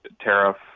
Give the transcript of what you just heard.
tariff